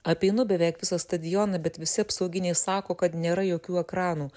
apeinu beveik visą stadioną bet visi apsauginiai sako kad nėra jokių ekranų